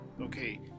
Okay